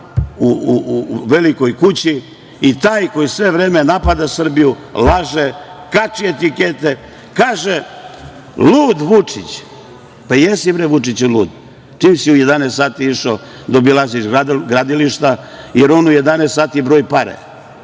u velikoj kući. Taj koji sve vreme napada Srbiju, laže, kači etikete. Kaže lud Vučić. Pa, jesi bre Vučiću lud, čim si u 11,00 sati išao da obilaziš gradilišta, jer on u 11,00 sati broj pare.